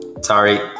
Sorry